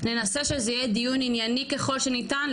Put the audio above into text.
ננסה שזה יהיה דיון ענייני ככל שניתן.